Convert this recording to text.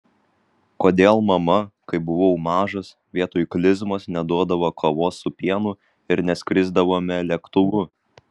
kodėl mama kai buvau mažas vietoj klizmos neduodavo kavos su pienu ir neskrisdavome lėktuvu